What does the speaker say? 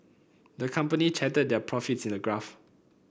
the company charted their profits in a graph